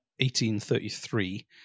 1833